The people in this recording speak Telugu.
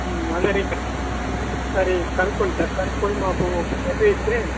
అందరిని ఒకసారి కనుక్కోండి సర్ కనుక్కొని మాకు మెసేజ్ ఇస్తే